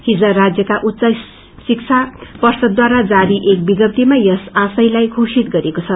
हिज राज्यका उच्च शिक्षा प्यदद्वारा जारी एक विद्वर्तिमा यस आशयलाई वेषित गरिएको छ